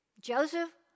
Joseph